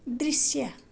दृश्य